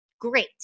Great